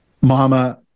mama